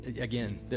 again